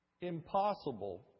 impossible